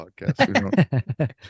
podcast